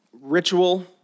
ritual